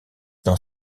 dans